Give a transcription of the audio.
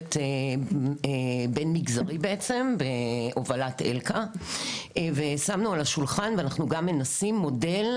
צוות בין-מגזרי בהובלת אלקה ושמנו על השולחן ואנחנו גם מנסים מודל,